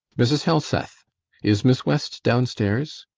mrs. helseth is miss west downstairs?